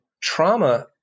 trauma